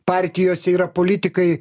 partijose yra politikai